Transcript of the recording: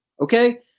Okay